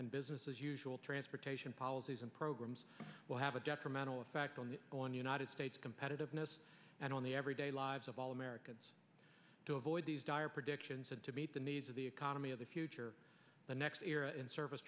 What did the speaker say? and business as usual transportation policies and programs will have a detrimental effect on on the united states competitiveness and on the everyday lives of all americans to avoid these dire predictions and to meet the needs of the economy of the future the next era in service